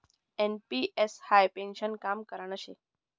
NPS हाई पेन्शननं काम करान शे